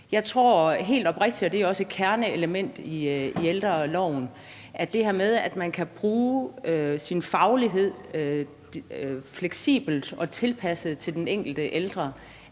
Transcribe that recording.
Jeg tror helt oprigtigt – og det er også et kerneelement i ældreloven – at det her med, at man kan bruge sin faglighed fleksibelt og tilpasset til den enkelte ældre,